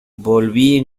volvía